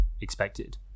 expected